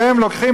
והם לוקחים.